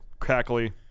cackly